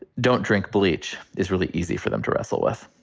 don't drink bleach is really easy for them to wrestle with.